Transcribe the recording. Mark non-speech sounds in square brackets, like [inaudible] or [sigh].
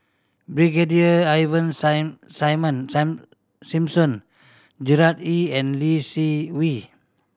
Brigadier Ivan [unintelligible] Simson Gerard Ee and Lee Seng Wee